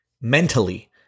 mentally